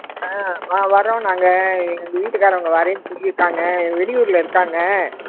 ஆ வ வர்றோம் நாங்கள் எங்கள் வீட்டுக்காரவங்க வர்றேன்னு சொல்லி இருக்காங்க வெளியூரில் இருக்காங்க